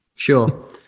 sure